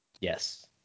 Yes